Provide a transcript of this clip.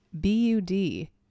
B-U-D